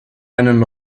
einen